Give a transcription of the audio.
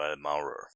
Maurer